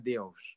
Deus